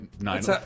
Nine